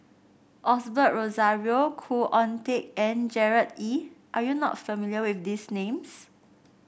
Osbert Rozario Khoo Oon Teik and Gerard Ee are you not familiar with these names